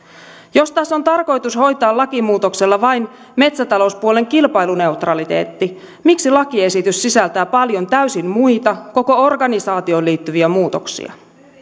jos taas on tarkoitus hoitaa lakimuutoksella vain metsätalouspuolen kilpailuneutraliteetti miksi lakiesitys sisältää paljon täysin muita koko organisaatioon liittyviä muutoksia